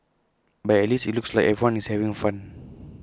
but at least IT looks like everyone is having fun